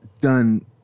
Done